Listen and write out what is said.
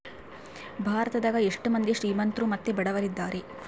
ಭಾರತದಗ ಎಷ್ಟ ಮಂದಿ ಶ್ರೀಮಂತ್ರು ಮತ್ತೆ ಬಡವರಿದ್ದಾರೆ?